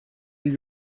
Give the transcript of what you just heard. you